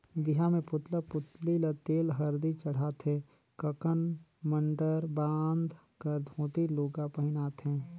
बिहा मे पुतला पुतली ल तेल हरदी चढ़ाथे ककन मडंर बांध कर धोती लूगा पहिनाथें